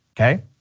okay